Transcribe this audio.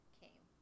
came